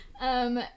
Um-